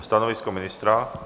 Stanovisko ministra?